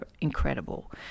incredible